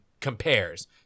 compares